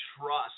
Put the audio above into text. trust